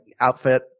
outfit